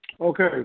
Okay